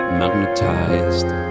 magnetized